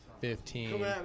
Fifteen